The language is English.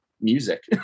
music